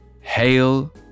Hail